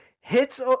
hits